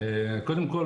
קודם כל,